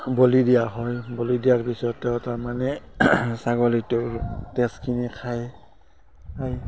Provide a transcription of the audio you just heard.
বলি দিয়া হয় বলি দিয়াৰ পিছত তেওঁ তাৰমানে ছাগলীটো তেজখিনি খায় খায়